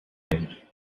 aid